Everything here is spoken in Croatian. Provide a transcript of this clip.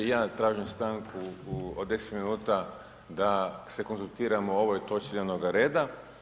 I ja tražim stanku od 10 minuta da se konzultiramo o ovoj točki dnevnog reda.